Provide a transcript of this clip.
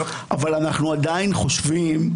אבל אנחנו עדיין חושבים,